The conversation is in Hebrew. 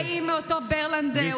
לגבי אם אותו ברלנד,